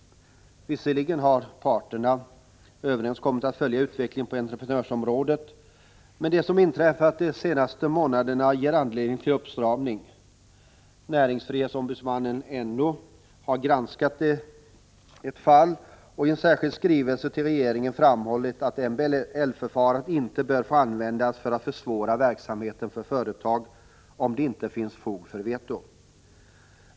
Visserligen har parterna överenskommit att följa utvecklingen på entreprenadområdet, men det som har inträffat de senaste månaderna ger anledning till uppstramning. Näringsfrihetsombudsmannen, NO, har granskat ett fall och i en särskild skrivelse till regeringen framhållit att MBL-förfarande inte bör få användas för att försvåra verksamheten för företag, om det inte finns fog för veto.